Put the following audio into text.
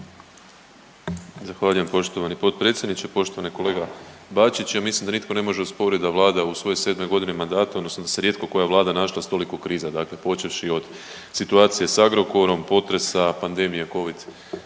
Zahvaljujem poštovani potpredsjedniče. Poštovani kolega Bačić, ja mislim da nitko ne može osporit da Vlada u svojoj 7.g. mandata odnosno da se rijetko koja Vlada našla s toliko kriza, dakle počevši od situacije s Agrokorom, potresa, pandemije covid-19,